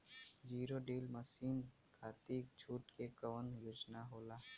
Zero till मासिन खाती छूट के कवन योजना होला?